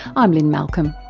i'm lynne malcolm.